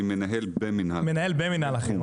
אני מנהל במינהל החירום.